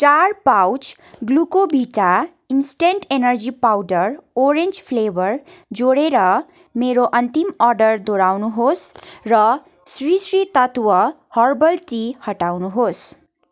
चार pouch Glucovita instant energy powder orange flavour जोडेर मेरो अन्तिम अर्डर दोहोऱ्याउनुहोस् र श्री श्री तत्त्व हर्बल टी हटाउनुहोस्